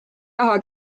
taha